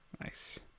nice